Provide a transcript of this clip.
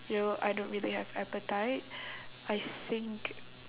you know I don't really have appetite I think